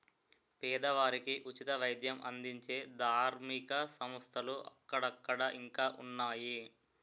పేదవారికి ఉచిత వైద్యం అందించే ధార్మిక సంస్థలు అక్కడక్కడ ఇంకా ఉన్నాయి